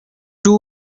two